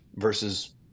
versus